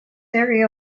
very